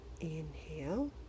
inhale